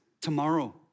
tomorrow